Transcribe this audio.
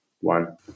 one